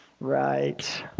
Right